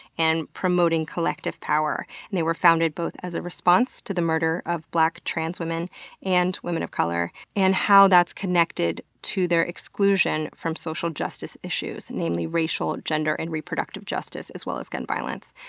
and promoting collective power. they were founded both as a response to the murders of black trans women and women of color, and how that's connected to their exclusion from social justice issues, namely racial, gender, and reproductive justice, as well as gun violence.